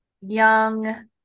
young